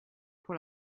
pour